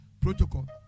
protocol